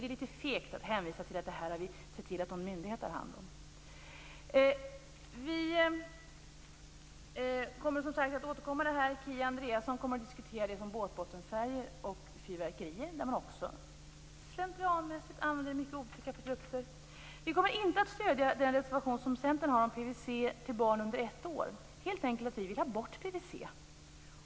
Det är litet fegt att hänvisa till att vi har sett till att någon myndighet har hand om det här. Vi återkommer till detta. Kia Andreasson kommer att ta upp båtbottenfärger och fyrverkerier. Där använder man också slentrianmässigt mycket otäcka produkter. Vi kommer inte att stödja Centerns reservation om PVC i produkter till barn under ett år, helt enkelt därför att vi vill ha bort PVC.